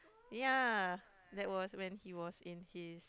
ya that was when he was in his